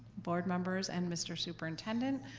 board members, and mr. superintendent.